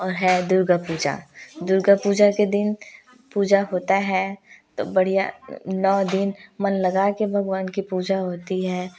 और है दुर्गा पूजा दुर्गा पूजा के दिन पूजा होता है तो बढ़िया नौ दिन मन लगा कर भगवान की पूजा होती है